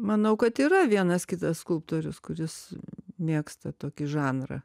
manau kad yra vienas kitas skulptorius kuris mėgsta tokį žanrą